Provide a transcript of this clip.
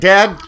Dad